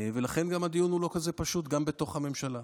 לכן גם הדיון הוא לא כזה פשוט גם בתוך הממשלה.